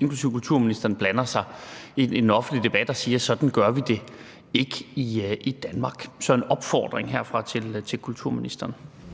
inklusive kulturministeren, blander os politisk i den offentlige debat og siger: Sådan gør vi det ikke i Danmark. Så det var en opfordring herfra til kulturministeren.